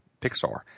Pixar